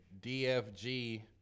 DFG